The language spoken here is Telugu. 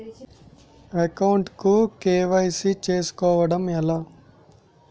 అకౌంట్ కు కే.వై.సీ చేసుకోవడం ఎలా?